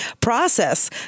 process